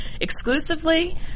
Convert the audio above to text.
exclusively